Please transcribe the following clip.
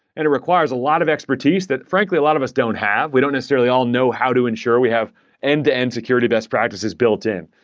and requires a lot of expertise that, frankly, a lot of us don't have. we don't necessarily all know how to ensure we have end-to-end security best practices built in.